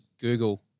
google